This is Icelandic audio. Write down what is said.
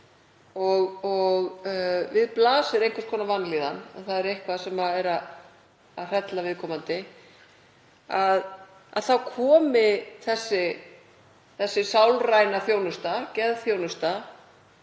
og við blasir einhvers konar vanlíðan og að eitthvað er að hrella viðkomandi, þá komi þessi sálræna þjónusta, geðþjónusta,